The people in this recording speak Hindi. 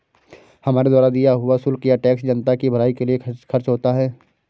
हमारे द्वारा दिया हुआ शुल्क या टैक्स जनता की भलाई के लिए खर्च होता है